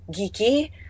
geeky